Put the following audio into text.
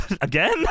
Again